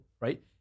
right